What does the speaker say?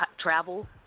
travel